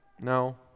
No